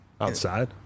Outside